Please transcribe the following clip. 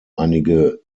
einige